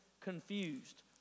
confused